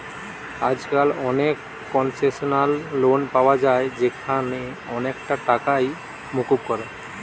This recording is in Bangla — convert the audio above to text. আজকাল অনেক কোনসেশনাল লোন পায়া যায় যেখানে অনেকটা টাকাই মুকুব করে